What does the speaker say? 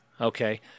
Okay